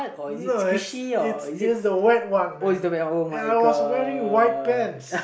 no it's it's it's the white one man and I was wearing white pants